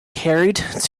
carried